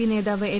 P നേതാവ് L